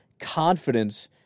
confidence